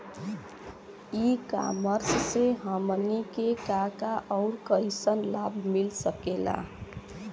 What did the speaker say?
ई कॉमर्स से हमनी के का का अउर कइसन लाभ मिल सकेला?